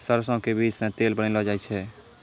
सरसों के बीज सॅ तेल बनैलो जाय छै